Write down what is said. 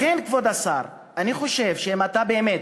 לכן, כבוד השר, אני חושב שאם אתה באמת